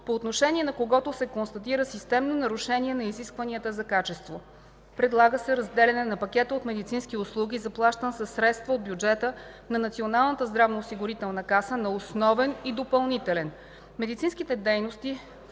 по отношение на когото се констатира системно нарушение на изискванията за качество. Предлага се разделяне на пакета от медицински услуги, заплащан със средства от бюджета на Националната здравноосигурителна каса, на основен и допълнителен. Медицинските дейности,